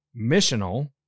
missional